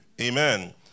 Amen